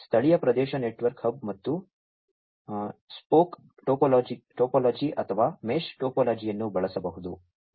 ಸ್ಥಳೀಯ ಪ್ರದೇಶ network hub ಮತ್ತು ಸ್ಪೋಕ್ ಟೋಪೋಲಜಿ ಅಥವಾ ಮೆಶ್ ಟೋಪೋಲಜಿಯನ್ನು ಬಳಸಬಹುದು